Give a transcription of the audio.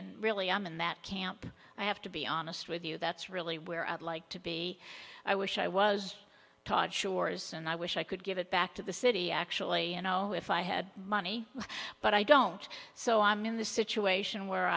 and really i'm in that camp i have to be honest with you that's really where i'd like to be i wish i was taught shores and i wish i could give it back to the city actually you know if i had money but i don't so i'm in the situation where